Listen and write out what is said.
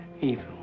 evil